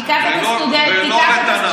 תיקח את הסטודנטים, ולא לתנ"ך.